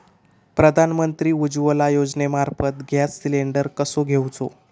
प्रधानमंत्री उज्वला योजनेमार्फत gas cylinder कसो घेऊचो?